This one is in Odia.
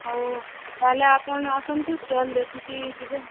ହଉ ତା'ହେଲେ ଆପଣ ଆସନ୍ତୁ ଷ୍ଟଲ୍ ଦେଖିକି ଯିବେ